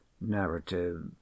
Narrative